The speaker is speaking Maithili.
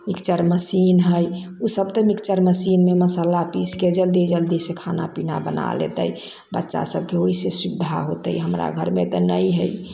मिक्सचर मशीन है ओसब तऽ मिक्सचर मशीन मे मशाला पीस के जल्दी जल्दी से खाना पीना बनाए लेतै बच्चा सबके ओहिसे सुविधा होतै हमरा घर मे तऽ नहि है